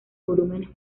volúmenes